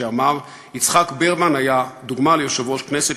שאמר: "יצחק ברמן היה דוגמה ליושב-ראש כנסת